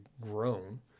grown